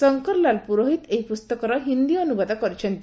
ଶଙ୍କରଲାଲ୍ ପୁରୋହିତ ଏହି ପୁସ୍ତକର ହିନ୍ଦୀ ଅନୁବାଦ କରିଛନ୍ତି